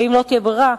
ואם לא תהיה ברירה,